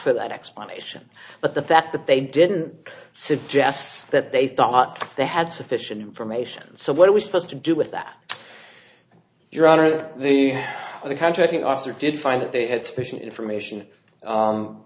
for that explanation but the fact that they didn't suggests that they thought they had sufficient information so what are we supposed to do with that your honor that the contracting officer did find that they had sufficient information